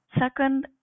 Second